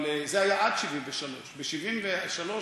זה היה עד 1973. ב-1973,